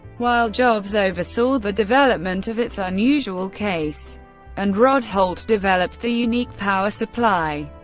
while jobs oversaw the development of its unusual case and rod holt developed the unique power supply.